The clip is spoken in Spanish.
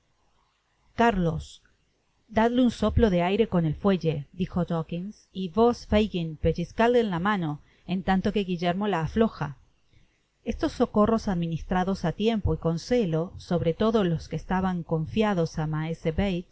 carlos dadle un soplo de aire con el fuelle dijo dawkins y vos fagin pellizcadle en la mano en tanto que guillermo la afloja estos socorros administrados á tiempo y con celo sobre todo los que estaban confiados á